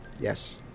Yes